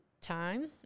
time